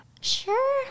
Sure